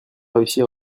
réussir